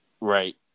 right